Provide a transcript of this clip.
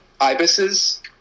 Ibises